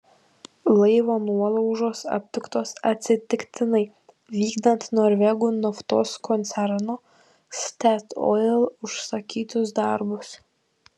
laivo nuolaužos aptiktos atsitiktinai vykdant norvegų naftos koncerno statoil užsakytus darbus